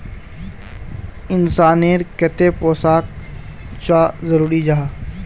इंसान नेर केते पोषण चाँ जरूरी जाहा?